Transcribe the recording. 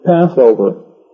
Passover